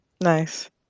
nice